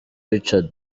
richard